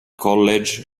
college